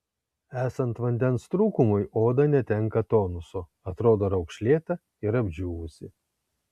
esant vandens trūkumui oda netenka tonuso atrodo raukšlėta ir apdžiūvusi